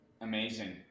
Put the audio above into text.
Amazing